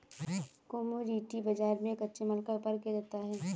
commodity बाजार में कच्चे माल का व्यापार किया जाता है